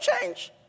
change